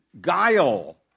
guile